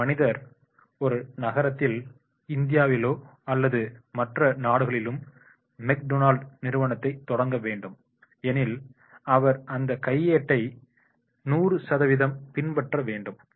ஒரு மனிதர் ஒரு நகரத்தில் இந்தியாவிலோ அல்லது மற்ற நாடுகளிலும் மெக்டொனால்ட் நிறுவனத்தை தொடங்க வேண்டும் எனில் அவர் அந்த கையேட்டை 100 பின்பற்ற வேண்டும்